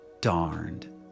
darned